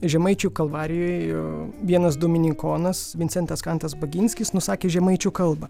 žemaičių kalvarijoj vienas dominikonas vincentas kantas baginskis nusakė žemaičių kalbą